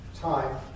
time